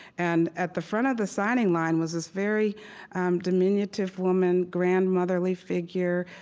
and at the front of the signing line was this very um diminutive woman, grandmotherly figure.